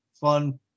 fun